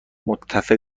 متفق